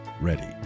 ready